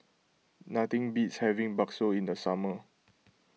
nothing beats having Bakso in the summer